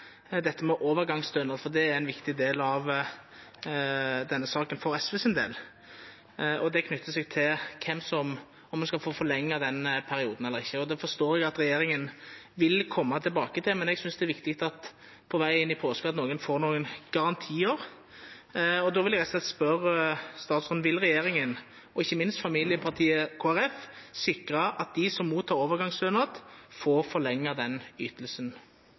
dette med overgangsstønad, for det er en viktig del av denne saken for SVs del. Det knytter seg til om man skal få forlenget denne perioden eller ikke. Det forstår jeg at regjeringen vil komme tilbake til, men jeg synes det er viktig – på vei inn i påsken – at noen får noen garantier. Da vil jeg rett og slett spørre statsråden: Vil regjeringen, og ikke minst familiepartiet Kristelig Folkeparti, sikre at de som mottar overgangsstønad, får forlenget den ytelsen?